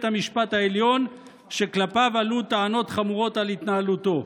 המשפט העליון שכלפיו עלו טענות חמורות על התנהלותו.